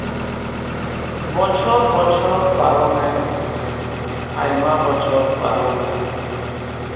ᱵᱚᱪᱷᱚᱨ ᱵᱚᱪᱷᱚᱨ ᱯᱟᱨᱚᱢᱮᱱ ᱟᱭᱢᱟ ᱵᱚᱪᱷᱚᱨ ᱯᱟᱨᱚᱢᱮᱱ